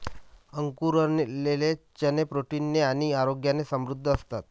अंकुरलेले चणे प्रोटीन ने आणि आरोग्याने समृद्ध असतात